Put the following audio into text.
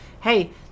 hey